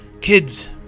Kids